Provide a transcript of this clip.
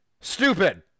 Stupid